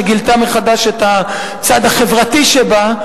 שגילתה מחדש את הצד החברתי שבה,